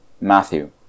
Matthew